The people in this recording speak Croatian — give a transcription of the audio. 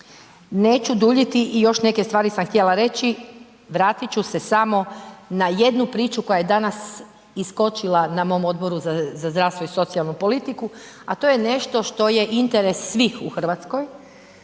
Neću duljiti i još neke stvari sam htjela reći, vratit ću se samo na jednu priču koja je danas iskočila na mom Odboru za zdravstvo i socijalnu politiku, a to je nešto što je interes svih u Hrvatskoj,